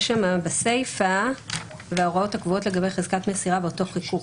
יש שם בסיפה 'וההוראות הקבועות לגבי חזקת המסירה באותו חיקוק'.